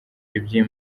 ibyo